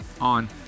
on